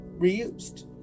reused